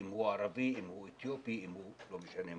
אם הוא ערבי או אתיופי, לא משנה מה.